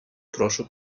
прошу